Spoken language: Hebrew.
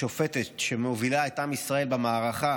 השופטת שמובילה את עם ישראל במערכה